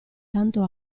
tanto